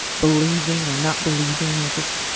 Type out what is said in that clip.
believing or not believing, as if,